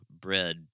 bread